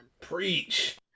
Preach